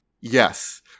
Yes